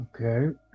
Okay